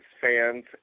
fans